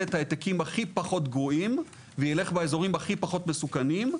את ההעתקים הכי פחות גרועים וילך באזורים הכי פחות מסוכנים.